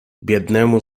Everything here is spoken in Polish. biednemu